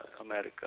America